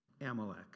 Amalek